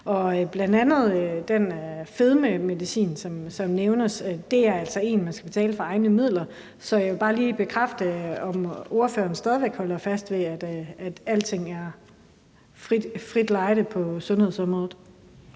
og bl.a. den fedmemedicin, som nævnes, er altså en, man skal betale for med egne midler. Så jeg vil bare gerne lige have bekræftet, at ordføreren stadig væk holder fast ved, at alting er frit lejde på sundhedsområdet.